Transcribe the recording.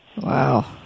Wow